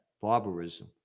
barbarism